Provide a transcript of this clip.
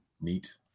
neat